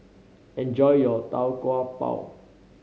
enjoy your Tau Kwa Pau